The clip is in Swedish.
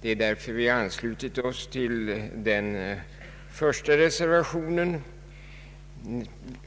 Därför har vi anslutit oss till reservationen 1.